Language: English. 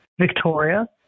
Victoria